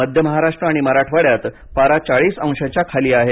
मध्य महाराष्ट्र आणि मराठवाड्यात पारा चाळीस अंशांच्या खाली आहे